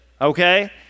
Okay